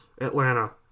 Atlanta